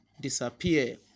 disappear